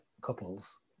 couples